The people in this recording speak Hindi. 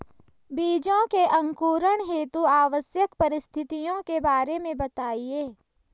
बीजों के अंकुरण हेतु आवश्यक परिस्थितियों के बारे में बताइए